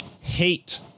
hate